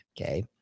Okay